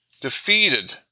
defeated